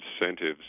incentives